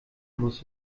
muss